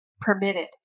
permitted